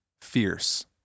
Fierce